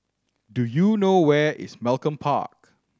do you know where is Malcolm Park